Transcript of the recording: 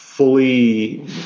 fully